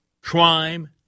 crime